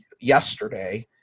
yesterday